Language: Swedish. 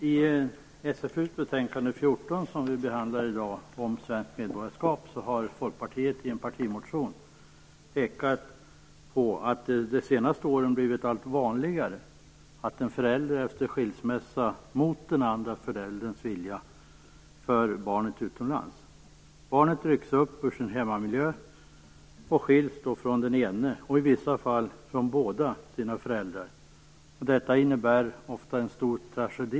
Fru talman! I SFU:s betänkande nr 14 om svenskt medborgarskap, som vi behandlar i dag, har folkpartiet i en partimotion pekat på att det under de senaste åren har blivit allt vanligare att en förälder efter en skilsmässa, mot den andra förälderns vilja, för barnet utomlands. Barnet rycks upp ur sin hemmiljö och skiljs då från sin ene och i vissa fall från båda sina föräldrar. Detta innebär ofta en stor tragedi.